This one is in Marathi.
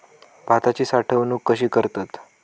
भाताची साठवूनक कशी करतत?